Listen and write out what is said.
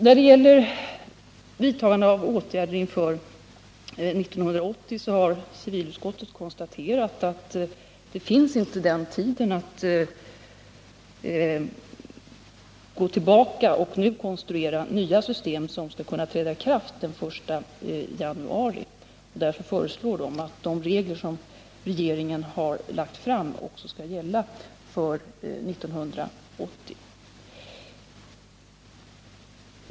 När det gäller att vidta åtgärder inför 1980 har civilutskottet konstaterat att det inte finns tid att gå tillbaka och nu konstruera nya system som skulle kunna träda i kraft den 1 januari. Därför föreslår utskottet att de regler som regeringen föreslagit också skall gälla för 1980.